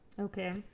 Okay